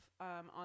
on